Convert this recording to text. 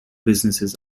businesses